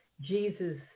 Jesus